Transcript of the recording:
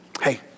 hey